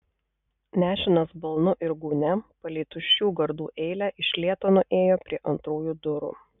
nešinas balnu ir gūnia palei tuščių gardų eilę iš lėto nuėjo prie antrųjų durų